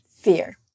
fear